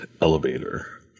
elevator